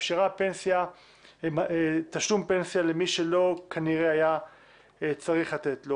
אפשרה תשלום פנסיה למי שלא כנראה היה צריך לתת לו